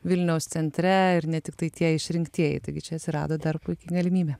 vilniaus centre ir ne tiktai tie išrinktieji taigi čia atsirado dar puiki galimybė